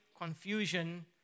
confusion